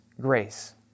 grace